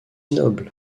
noble